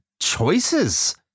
choices